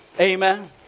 Amen